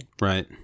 Right